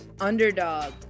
Underdog